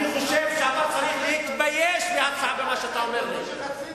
אני חושב שאתה צריך להתבייש במה שאתה אומר לי.